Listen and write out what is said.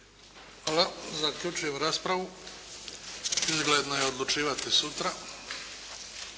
Hvala. Zaključujem raspravu. Izgledno je odlučivati sutra.